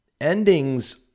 Endings